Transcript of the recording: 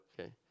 Okay